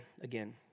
again